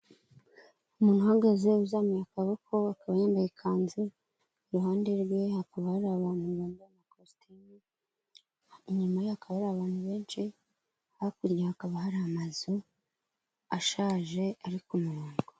Umuntu uhagaze uzamuye akaboko, akaba yambaye ikanzu, iruhande rwe hakaba hari abantu bambaye amakositimu, inyuma ye hakaba hari abantu benshi, hakurya hakaba hari amazu, ashaje, ari ku murongo.